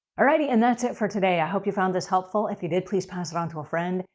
alrighty. and that's it for today. i hope you found this helpful. if you did, please pass it on to a friend.